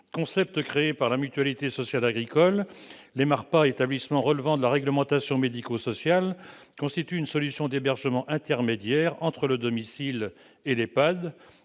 Concept créé par la Mutualité sociale agricole, les MARPA, établissements relevant de la réglementation médico-sociale, constituent une solution d'hébergement intermédiaire entre le domicile et l'EHPAD.